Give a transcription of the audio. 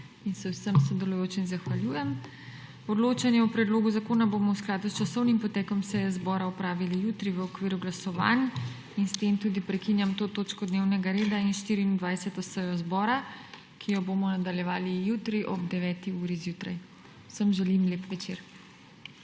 in se vsem sodelujočim zahvaljujem. Odločanje o predlogu zakona bomo v skladu s časovnim potekom seje zbora opravili jutri v okviru glasovanj. S tem tudi prekinjam to točko dnevnega reda in 24. sejo Državnega zbora, ki jo bomo nadaljevali jutri ob 9. uri zjutraj. Vsem želim lep večer.